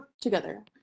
together